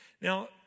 Now